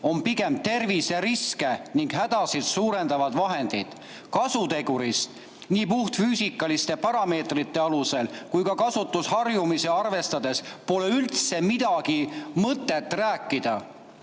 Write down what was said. on pigem terviseriske ning ‑hädasid suurendavad vahendid. Kasutegurist, nii puhtfüüsikaliste parameetrite alusel kui ka kasutusharjumusi arvestades, pole üldse midagi mõtet rääkida.